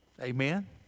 Amen